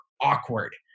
awkward